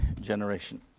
generation